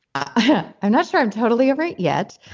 ah um i'm not sure i'm totally over it yet.